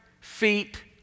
feet